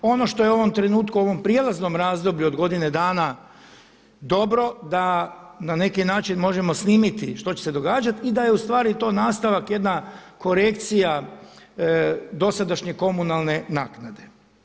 Ono što je u ovom trenutku u ovom prijelaznom razdoblju od godine dana dobro da na neki način možemo snimiti što će se događati i da je ustvari to nastavak, jedna korekcija dosadašnje komunalne naknade.